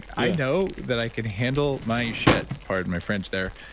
i know that i can handle my shit pardon my french there.